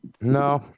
No